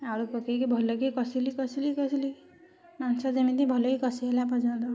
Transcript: ଆଳୁ ପକାଇକି ଭଲକି କସିଲି କସିଲି କସିଲି ମାଂଶ ଯେମିତି ଭଲ କି କଷି ହେଲା ପର୍ଯ୍ୟନ୍ତ